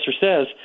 says